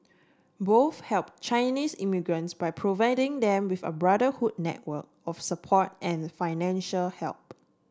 both helped Chinese immigrants by providing them with a brotherhood network of support and financial help